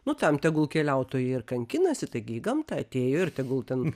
nu tam tegul keliautojai ir kankinasi taigi į gamtą atėjo ir tegul ten